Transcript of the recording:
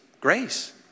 grace